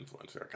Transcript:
influencer